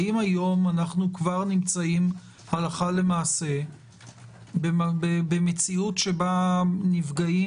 האם היום אנחנו כבר נמצאים הלכה למעשה במציאות שבה מנפגעים